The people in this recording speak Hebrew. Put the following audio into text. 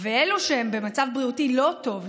אלו שהם במצב בריאותי לא טוב,